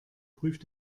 prüft